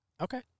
Okay